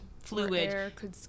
fluid